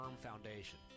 foundation